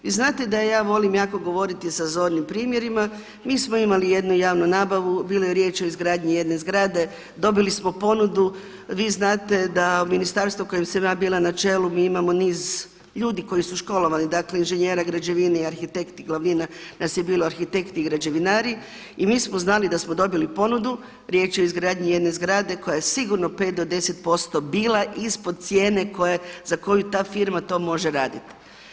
Vi znate da je volim jako govoriti sa zornim primjerima, mi smo imali jednu javnu nabavu, bilo je riječi o izgradnji jedne zgrade, dobili smo ponudu, vi znate da ministarstvo kojem sam ja bila na čelu, mi imamo niz ljudi koji su školovani, dakle inženjera, građevine i arhitekti, glavnina nas je bila arhitekti i građevinari i mi smo znali da smo dobili ponudu, riječ je o izgradnji jedne zgrade koja je sigurno 5 do 10% bila ispod cijene za koju ta firma to može raditi.